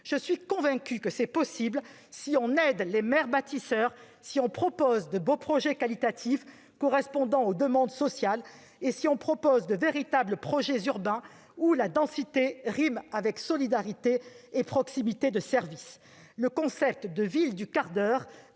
Je suis convaincue que c'est possible si l'on aide les maires bâtisseurs et si l'on propose de beaux projets qualitatifs correspondant aux demandes sociales et de véritables projets urbains, où densité rime avec solidarité et proximité des services. Le concept de « ville du quart d'heure